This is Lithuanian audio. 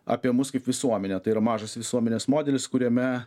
apie mus kaip visuomenę tai yra mažas visuomenės modelis kuriame